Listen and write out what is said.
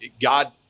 God